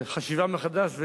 חשיבה מחדש,